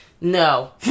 No